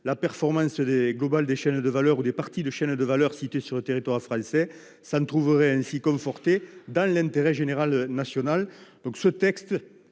La performance globale des chaînes de valeur ou des parties de chaînes de valeur situées sur le territoire français s'en trouvera ainsi confortée, dans l'intérêt général national. Consolider